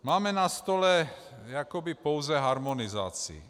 Máme na stole jakoby pouze harmonizaci.